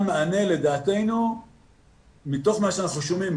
מענה לדעתנו מתוך מה שאנחנו שומעים,